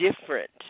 different